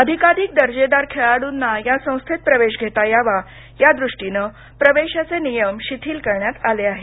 अधिकाधिक दर्जेदार खेळाडूंना या संस्थेत प्रवेश घेता यावा या दृष्टीनं प्रवेशाचे नियम शिथिल करण्यात आले आहेत